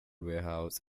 warehouse